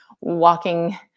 walking